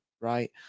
right